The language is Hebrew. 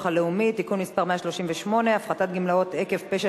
הלאומי (תיקון מס' 138) (הפחתת גמלאות עקב פשע